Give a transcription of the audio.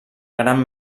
gran